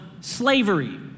slavery